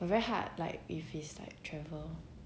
but very hard like if it's like travel